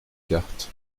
cartes